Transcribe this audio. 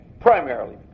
primarily